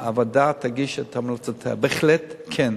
שהוועדה תגיש את המלצותיה, בהחלט כן.